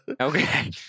Okay